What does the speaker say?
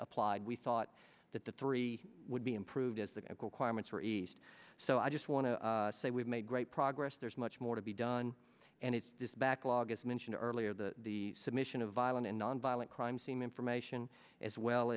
applied we thought that the three would be improved as the choirmaster east so i just want to say we've made great progress there's much more to be done and it's this backlog as mentioned earlier the the submission of violent and nonviolent crime seem information as well